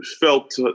felt